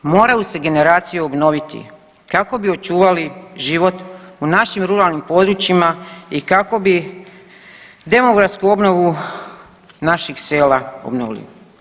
Moraju se generacije obnoviti kako bi očuvali život u našim ruralnim područjima i kako bi demografsku obnovu naših sela obnovili.